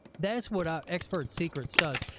that's what ah expert secrets does.